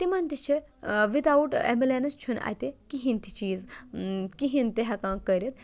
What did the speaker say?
تِمَن تہِ چھِ وِدآوُٹ اٮ۪مبُلٮ۪نٕس چھُنہٕ اَتہِ کِہیٖنۍ تہِ چیٖز کِہیٖنۍ تہِ ہٮ۪کان کٔرِتھ